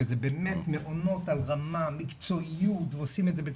שזה באמת מעונות על רמה, מקצועיות ועושים את זה.